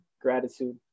gratitude